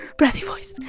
breathy voice.